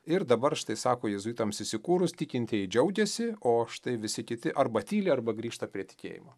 ir dabar štai sako jėzuitams įsikūrus tikintieji džiaugiasi o štai visi kiti arba tyli arba grįžta prie tikėjimo